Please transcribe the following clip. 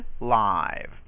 live